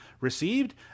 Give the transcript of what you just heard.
received